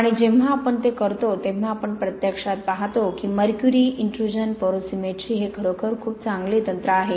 आणि जेव्हा आपण ते करतो तेव्हा आपण प्रत्यक्षात पाहतो की मर्क्युरी इन्ट्रुजन पोरोसिमेट्री हे खरोखर खूप चांगले तंत्र आहे